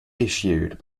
issued